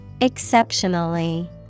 Exceptionally